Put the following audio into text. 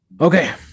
okay